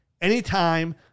anytime